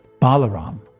Balaram